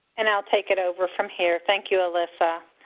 and i'll take it over from here. thank you, alissa.